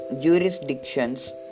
jurisdictions